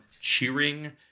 cheering